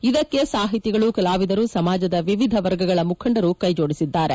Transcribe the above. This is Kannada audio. ಇದಕ್ಕೆ ಸಾಹಿತಿಗಳು ಕಲಾವಿದರು ಸಮಾಜದ ವಿವಿಧ ವರ್ಗಗಳ ಮುಖಂಡರು ಕ್ಷೆಜೋಡಿಸಿದ್ದಾರೆ